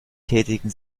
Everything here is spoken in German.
tätigen